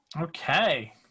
okay